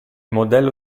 modello